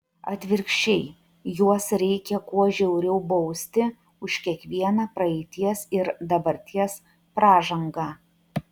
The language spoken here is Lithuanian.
atvirkščiai juos reikia kuo žiauriau bausti už kiekvieną praeities ir dabarties pražangą